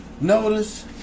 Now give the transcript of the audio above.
Notice